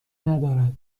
ندارد